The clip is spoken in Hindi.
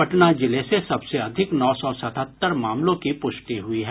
पटना जिले से सबसे अधिक नौ सौ सतहत्तर मामलों की पुष्टि हुई है